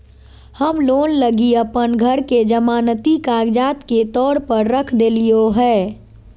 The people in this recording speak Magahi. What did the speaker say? हम लोन लगी अप्पन घर के जमानती कागजात के तौर पर रख देलिओ हें